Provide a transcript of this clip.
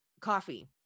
coffee